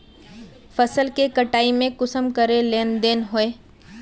फसल के कटाई में कुंसम करे लेन देन होए?